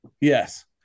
Yes